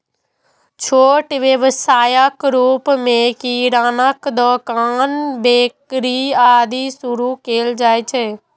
छोट व्यवसायक रूप मे किरानाक दोकान, बेकरी, आदि शुरू कैल जा सकैए